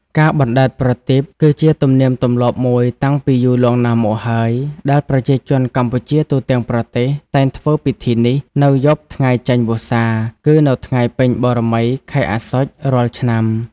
ការបណ្ដែតប្រទីប គឺជាទំនៀមទម្លាប់មួយតាំងពីយូរលង់ណាស់មកហើយ ដែលប្រជាជនកម្ពុជាទូទាំងប្រទេសតែងធ្វើពិធីនេះ នៅយប់ថ្ងៃចេញវស្សា គឺនៅថ្ងៃពេញបូណ៌មីខែអស្សុជរាល់ឆ្នាំ។